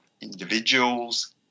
individuals